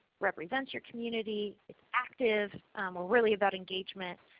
represents your community, is active really about engagement,